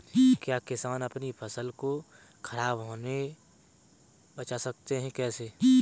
क्या किसान अपनी फसल को खराब होने बचा सकते हैं कैसे?